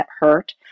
hurt